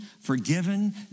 forgiven